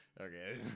Okay